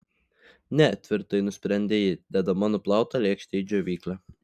ne tvirtai nusprendė ji dėdama nuplautą lėkštę į džiovyklę